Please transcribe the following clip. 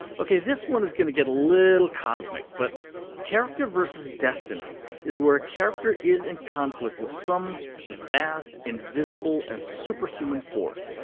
ok, this one is going to get a little cosmic, but character vs. destiny is where a character is in conflict with some vast, invisible, and superhuman force,